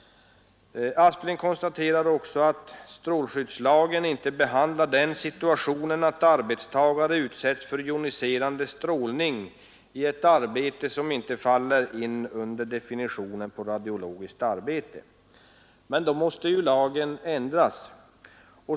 Herr Aspling konstaterar också att strålskyddslagen ”inte behandlar den situationen att arbetstagare utsätts för joniserande strålning i ett arbete som inte faller in under definitionen på radiologiskt arbete”. Men då måste ju lagen ändras!